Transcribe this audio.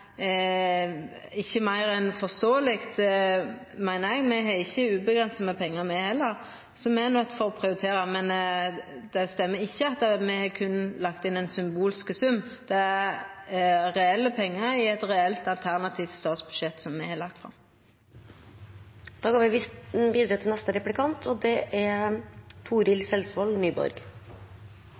ikkje meir enn forståeleg, meiner eg. Me har ikkje uavgrensa med pengar, me heller, så me er nøydde til å prioritera. Men det stemmer ikkje at me berre har lagt inn ein symbolsk sum. Det er reelle pengar i eit reelt alternativt statsbudsjett me har lagt fram. Representanten Lerbrekk la vekt på arbeidslivskriminalitet i innlegget sitt. Det er